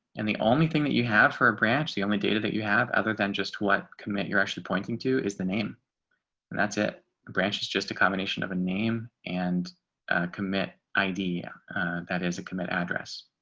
and the only thing that you have for a branch, the only data that you have other than just what commit you're actually pointing to is the name that's it branches, just a combination of a name and commit id that is a commit address